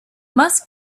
must